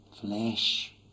flesh